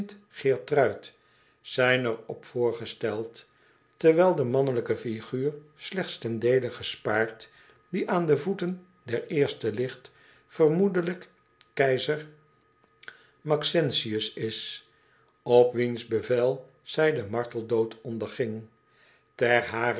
zijn er op voorgesteld terwijl de mannelijke figuur slechts ten deele gespaard die aan de voeten der eerste ligt vermoedelijk keizer m a x e n t i u s is op wiens bevel zij den marteldood onderging ter harer